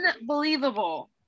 Unbelievable